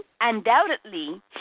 undoubtedly